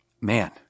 man